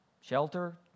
shelter